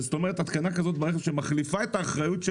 זאת אומרת התקנה כזאת ברכב שמחליפה את האחריות של